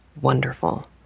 wonderful